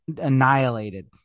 annihilated